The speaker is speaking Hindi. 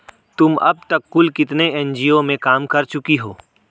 तुम अब तक कुल कितने एन.जी.ओ में काम कर चुकी हो?